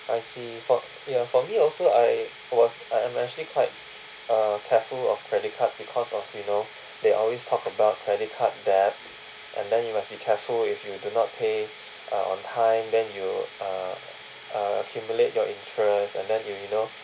I see for ya for me also I was uh I'm actually quite uh careful of credit card because of you know they always talk about credit card debt and then you must be careful if you do not pay uh on time then you uh uh accumulate your interest and then you you know